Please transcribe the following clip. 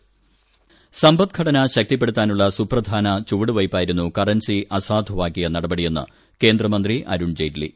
അരുൺ ജയ്റ്റ്ലി സമ്പദ്ഘടന ശക്തിപ്പെടുത്താനുള്ള സുപ്രധാന ചുവടുവയ്പായിരുന്നു കറൻസി അസാധുവാക്കിയനടപടിയെന്ന് കേന്ദ്രമന്ത്രി അരുൺ ജയ്റ്റ്ലി